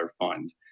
fund